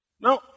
Now